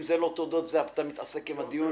אם זה לא תודות ואתה רוצה לעסוק בדיון